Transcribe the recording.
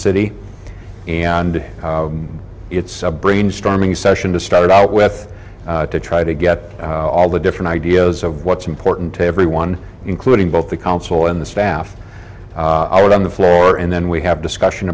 city and it's a brainstorming session to start out with to try to get all the different ideas of what's important to everyone including both the council and the staff are on the floor and then we have discussion